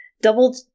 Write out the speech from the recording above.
double